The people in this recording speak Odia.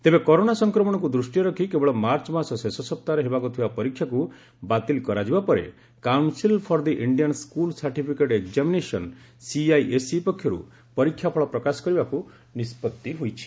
ତେବେ କରୋନା ସଂକ୍ରମଣକୁ ଦୃଷ୍ଟିରେ ରଖି କେବଳ ମାର୍ଚ୍ଚ ମାସ ଶେଷ ସପ୍ତାହରେ ହେବାକୁ ଥିବା ପରୀକ୍ଷାକୁ ବାତିଲ କରାଯିବା ପରେ council for the Indian school certificate examination CISCE ପକ୍ଷରୁ ପରୀକ୍ଷାଫଳ ପ୍ରକାଶ କରିବାକୁ ନିଷ୍ପଭି ହୋଇଛି